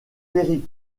perry